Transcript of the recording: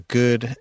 good